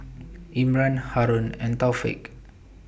Imran Haron and Taufik